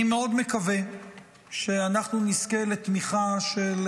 אני מאוד מקווה שאנחנו נזכה לתמיכה של